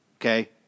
okay